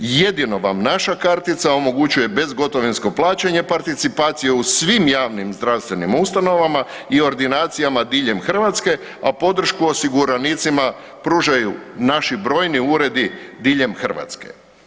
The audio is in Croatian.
Jedino vam naša kartica omogućuje bezgotovinsko plaćanje, participacije u svim javnim zdravstvenim ustanovama i ordinacijama diljem Hrvatske, a podršku osiguranicima pružaju naši brojni uredi diljem Hrvatske.